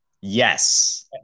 Yes